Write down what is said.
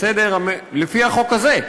לפי החוק הזה.